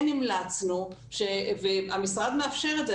אכן המלצנו והמשרד מאפשר את זה,